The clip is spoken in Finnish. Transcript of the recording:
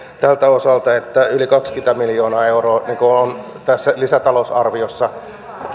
tältä osalta että yli kaksikymmentä miljoonaa euroa on tässä lisätalousarviossa